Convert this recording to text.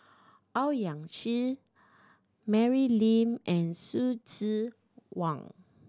Owyang Chi Mary Lim and Hsu Tse Kwang